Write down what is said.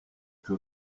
que